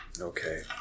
Okay